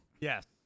Yes